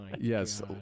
Yes